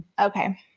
Okay